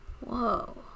Whoa